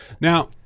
now